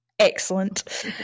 Excellent